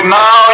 now